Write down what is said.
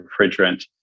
refrigerant